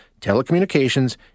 telecommunications